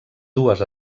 dues